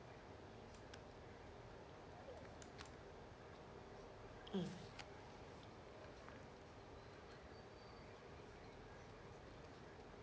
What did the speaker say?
mm